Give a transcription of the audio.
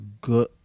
good